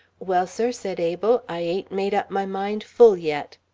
well, sir, said abel, i ain't made up my mind full yet.